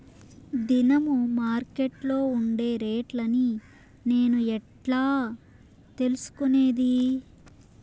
దినము మార్కెట్లో ఉండే రేట్లని నేను ఎట్లా తెలుసుకునేది?